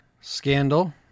Scandal